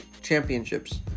championships